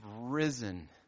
risen